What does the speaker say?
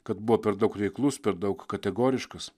kad buvo per daug reiklus per daug kategoriškas